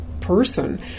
person